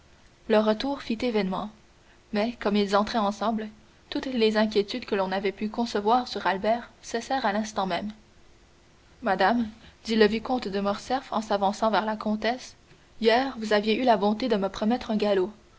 leur retour fit événement mais comme ils entraient ensemble toutes les inquiétudes que l'on avait pu concevoir sur albert cessèrent à l'instant même madame dit le vicomte de morcerf en s'avançant vers la comtesse hier vous avez eu la bonté de me promettre un galop